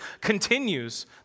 continues